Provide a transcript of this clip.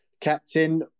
captain